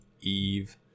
Eve